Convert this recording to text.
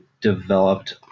developed